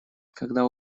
когда